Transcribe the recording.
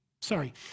sorry